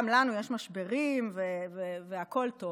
גם לנו יש משברים, והכול טוב.